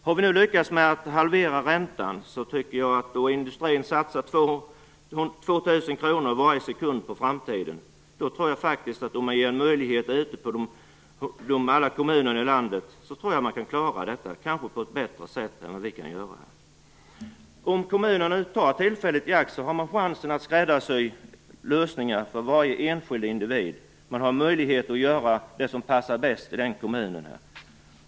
Har vi nu lyckats halvera räntan, industrin satsar 2 000 kr varje sekund på framtiden och vi ger denna möjlighet åt kommunerna ute i landet, då tror jag faktiskt att de kan klara detta, kanske på ett bättre sätt än vad vi kan göra här. Om kommunerna nu tar tillfället i akt har man chansen att skräddarsy lösningar för varje enskild individ. Man har möjlighet att göra det som passar bäst i just den kommunen.